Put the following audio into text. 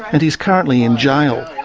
and he's currently in jail.